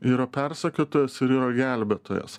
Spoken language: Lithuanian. yra persekiotojas ir yra gelbėtojas